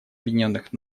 объединенных